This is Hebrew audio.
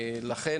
לכן